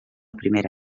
primera